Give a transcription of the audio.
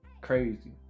crazy